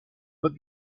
but